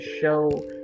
show